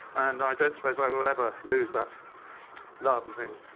and i don't suppose i will ever lose that love and things.